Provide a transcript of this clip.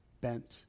bent